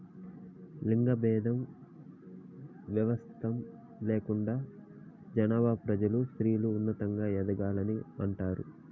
లింగ భేదం వ్యత్యాసం లేకుండా జనాలు ప్రజలు స్త్రీలు ఉన్నతంగా ఎదగాలని అంటారు